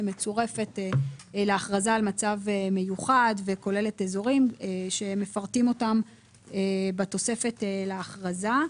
שמצורפת להכרזה על מצב מיוחד וכוללת אזורים שמפורטים בתוספת להכרזה.